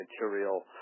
material